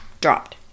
dropped